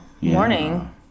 morning